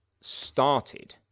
started